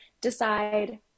decide